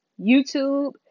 YouTube